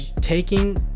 taking